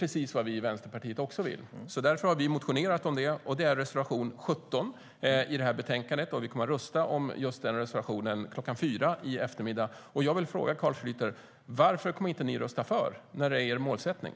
Det vill Vänsterpartiet också, och därför har vi reservation 17 i betänkandet. Riksdagen kommer att rösta om denna reservation kl. 16.00 i eftermiddag. Varför, Carl Schlyter, kommer Miljöpartiet inte att rösta på vår reservation när det är er målsättning?